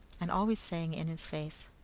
and always saying in his face,